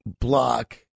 block